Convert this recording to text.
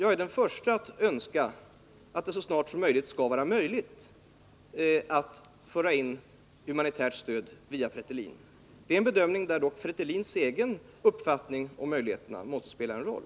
Jag är den förste att önska att det så snart som möjligt skall gå att föra in humanitärt stöd via Fretilin. Där måste dock Fretilins egen uppfattning om dessa möjligheter spela en roll.